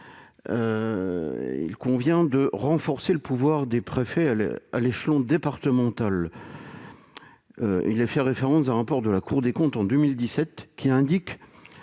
convient de renforcer le pouvoir des préfets à l'échelon départemental. Il y est fait référence à un rapport de la Cour des comptes de 2017, qui relève